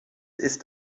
ist